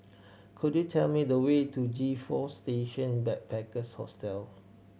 could you tell me the way to G Four Station Backpackers Hostel